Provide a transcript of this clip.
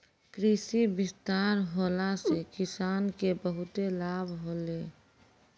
कृषि विस्तार होला से किसान के बहुते लाभ होलै